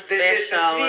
special